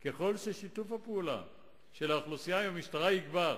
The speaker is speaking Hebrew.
ככל ששיתוף הפעולה של האוכלוסייה עם המשטרה יגבר,